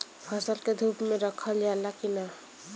फसल के धुप मे रखल जाला कि न?